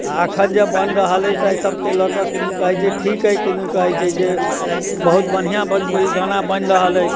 आ एखन जे बनि रहल अइ ताहि सभके लऽ कऽ किदुन कहैत छै ठीक अइ किदुन कहैत छै जे बहुत बढ़िआँ भोजपुरी गाना बनि रहल अइ